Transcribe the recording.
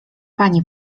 pani